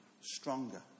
stronger